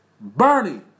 Bernie